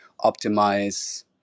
optimize